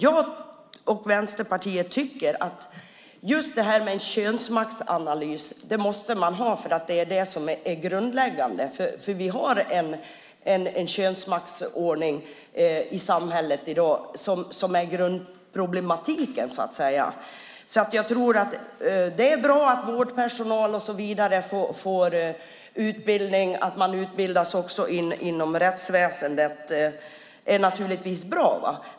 Jag och Vänsterpartiet tycker att man måste göra en könsmaktsanalys, det är det som är grundläggande. Vi har en könsmaktsordning i samhället i dag som så att säga är grundproblemet. Det är naturligtvis bra att vårdpersonal och andra får utbildning och att man utbildas även inom rättsväsendet.